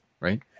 Right